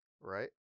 Right